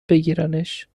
بگیرنش